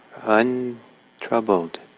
untroubled